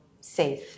safe